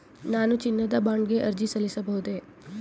ನಾನು ಚಿನ್ನದ ಬಾಂಡ್ ಗೆ ಅರ್ಜಿ ಸಲ್ಲಿಸಬಹುದೇ?